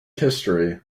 history